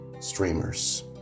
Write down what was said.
streamers